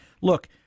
Look